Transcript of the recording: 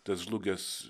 tas žlugęs